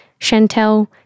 Chantel